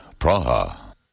Praha